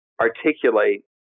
articulate